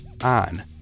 on